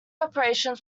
operations